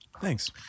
Thanks